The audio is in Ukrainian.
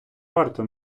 варто